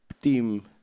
team